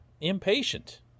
impatient